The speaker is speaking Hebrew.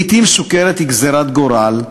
לעתים סוכרת היא גזירת גורל,